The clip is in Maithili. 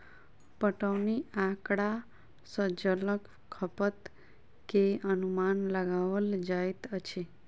पटौनी आँकड़ा सॅ जलक खपत के अनुमान लगाओल जाइत अछि